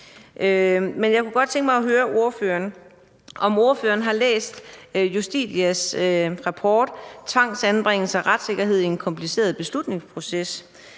Men jeg kunne godt tænke mig at høre ordføreren, om ordføreren har læst Justitias rapport »Tvangsanbringelser – retssikkerhed i en kompliceret beslutningsproces«,